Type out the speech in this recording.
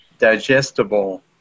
digestible